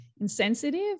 insensitive